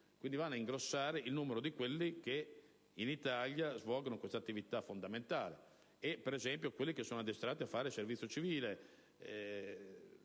andando ad ingrossare il numero di coloro che in Italia svolgono questa attività fondamentale. Ad esempio, quelli che sono addestrati a fare servizio civile